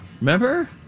Remember